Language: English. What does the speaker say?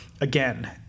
again